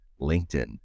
LinkedIn